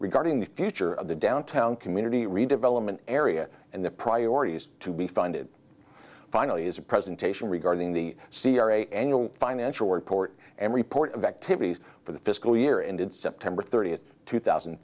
regarding the future of the downtown community redevelopment area and the priorities to be funded finally is a presentation regarding the c r a annual financial report and report of activities for the fiscal year ended september thirtieth two thousand